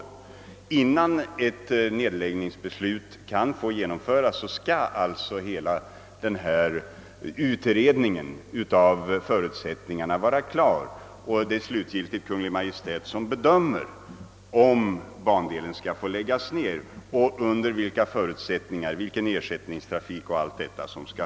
Innan ett nedläggningsbeslut får genomföras skall omständigheterna vara utredda, och det är slutgiltigt Kungl. Maj:t som bedömer, huruvida bandelen skall få läggas ned och i så fall under vilka förutsättningar — ersättningstrafik o. s. v.